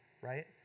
right